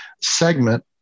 segment